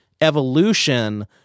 evolution